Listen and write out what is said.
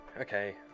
Okay